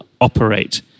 operate